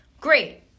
Great